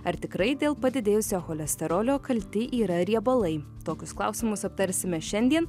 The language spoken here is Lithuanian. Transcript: ar tikrai dėl padidėjusio cholesterolio kalti yra riebalai tokius klausimus aptarsime šiandien